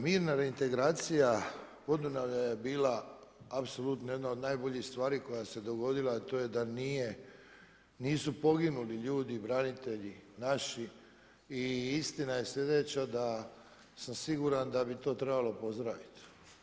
Mirna reintegracija Podunavlja je bila apsolutno jedna od najboljih stvari koja se dogodila, a to je da nisu poginuli ljudi, branitelji naši i istina je slijedeća, da sam siguran da bi to trebalo pozdraviti.